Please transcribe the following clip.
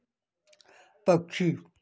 पक्षी